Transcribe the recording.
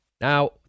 Now